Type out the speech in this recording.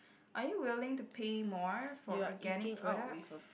are you willing to pay more for organic products